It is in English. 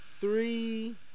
three